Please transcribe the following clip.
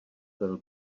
byl